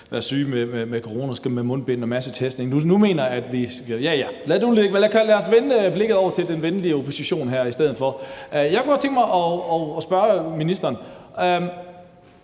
nu mener ... ja, ja, lad det nu ligge, men lad os vende blikket over mod den venlige opposition her i stedet for. Jeg kunne godt tænke mig at spørge ministeren: